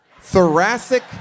Thoracic